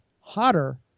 hotter